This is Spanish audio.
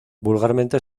vulgarmente